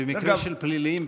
במקרה של פליליים,